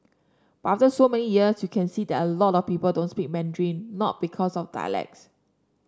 but after so many years you can see that a lot of people don't speak Mandarin not because of dialects